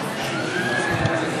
אדוני.